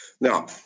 Now